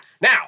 now